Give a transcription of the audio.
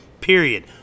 period